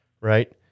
Right